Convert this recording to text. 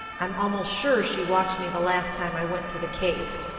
i'm almost sure she watched me the last time i went to the cave.